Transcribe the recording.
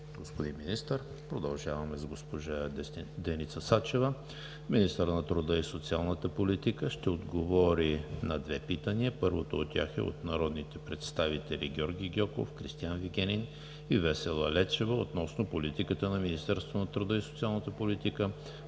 господин Министър. Продължаваме с госпожа Деница Сачева – министър на труда и социалната политика. Ще отговори на две питания. Първото от тях е от народните представители Георги Гьоков, Кристиан Вигенин и Весела Лечева относно политиката на Министерството на труда и социалната политика